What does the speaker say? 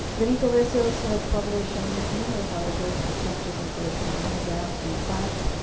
benito-vessels has published and numerous articles and chapters in collective monographs. in fact,